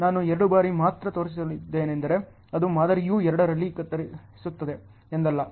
ನಾನು ಎರಡು ಬಾರಿ ಮಾತ್ರ ತೋರಿಸಿದ್ದೇನೆಂದರೆ ಅದು ಮಾದರಿಯು ಎರಡರಲ್ಲಿ ಕತ್ತರಿಸುತ್ತಿದೆ ಎಂದಲ್ಲ